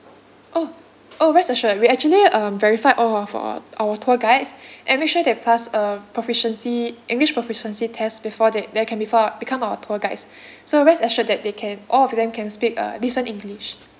oh oh rest assured we actually um verify all of our our tour guides and make sure they pass a proficiency english proficiency test before that there can before become our tour guides so rest assured that they can all of them can speak uh decent english